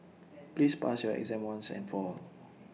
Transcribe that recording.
please pass your exam once and for all